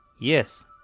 Yes